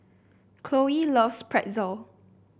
Khloe loves Pretzel